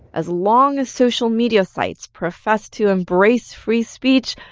as long as social media sites profess to embrace free speech,